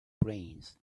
brains